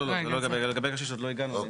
לא, לגבי הקשיש עוד לא הגענו.